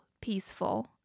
peaceful